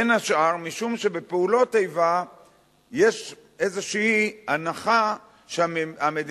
בין השאר משום שבפעולות איבה יש איזו הנחה שהמדינה